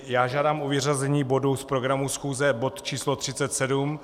Já žádám o vyřazení bodu z programu schůze bodu č. 37.